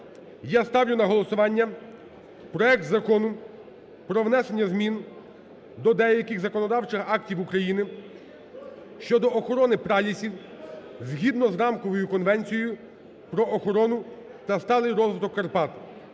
Я ставлю на голосування проект Закону про внесення змін до деяких законодавчих актів України щодо охорони пралісів згідно з Рамковою конвенцією про охорону та сталий розвиток Карпат